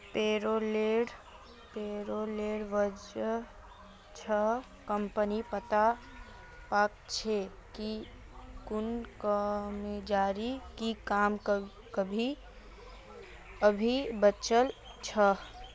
पेरोलेर वजह स कम्पनी पता पा छे कि कुन कर्मचारीर की काम अभी बचाल छ